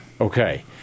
Okay